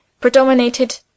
Predominated